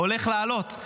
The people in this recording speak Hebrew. הולך לעלות,